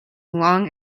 long